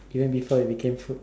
even before it became food